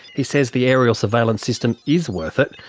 he says the aerial surveillance system is worth it,